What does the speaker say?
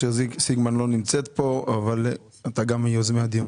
שרשות המיסים יודעת שיש מישהו שמגיע לו